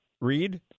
read